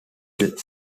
title